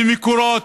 במקורות,